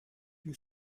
you